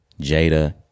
Jada